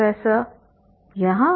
professor यहाँ